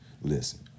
Listen